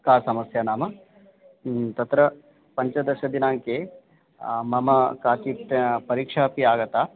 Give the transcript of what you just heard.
का समस्या नाम तत्र पञ्चदशदिनाङ्के मम काचित् परीक्षा अपि आगता